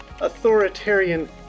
authoritarian